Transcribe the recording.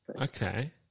Okay